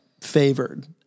favored